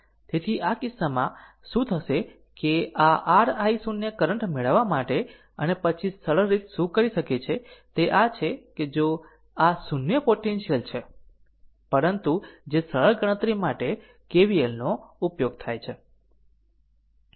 તેથી આ કિસ્સામાં શું થશે કે આ r i0 કરંટ મેળવવા માટે અને પછી સરળ રીત શું કરી શકે છે તે આ છે જો કે આ 0 પોટેન્શિયલ છે પરંતુ જે સરળ ગણતરી માટે KVL નો ઉપયોગ થાય છે